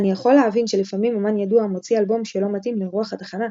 "אני יכול להבין שלפעמים אמן ידוע מוציא אלבום שלא מתאים לרוח התחנה,